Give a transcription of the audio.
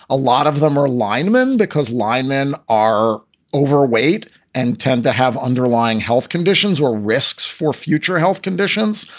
a lot of them are linemen because linemen are overweight and tend to have underlying health conditions or risks for future health conditions.